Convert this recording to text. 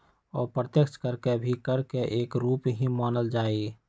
अप्रत्यक्ष कर के भी कर के एक रूप ही मानल जाहई